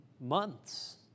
months